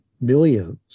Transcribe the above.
millions